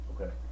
Okay